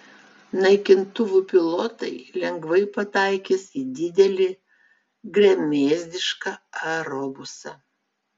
naikintuvų pilotai lengvai pataikys į didelį gremėzdišką aerobusą